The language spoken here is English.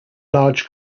large